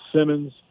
Simmons